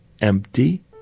empty